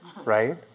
right